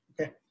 okay